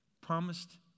promised